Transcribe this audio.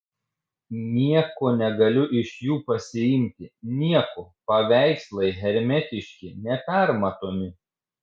nieko negaliu iš jų pasiimti nieko paveikslai hermetiški nepermatomi